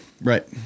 Right